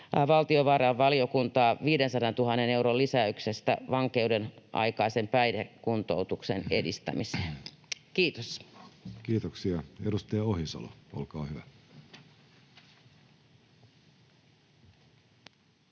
valtiovarainvaliokuntaa 500 000 euron lisäyksestä vankeudenaikaisen päihdekuntoutuksen edistämiseen. — Kiitos. [Speech 364] Speaker: